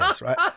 right